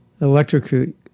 electrocute